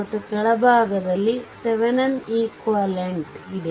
ಮತ್ತು ಕೆಳಭಾಗದಲ್ಲಿ ಈ ಥೆವೆನಿನ್ ಇಕ್ವಾಲೆಂಟ್ ಇದೆ